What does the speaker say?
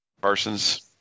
Parsons